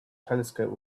telescope